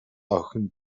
охин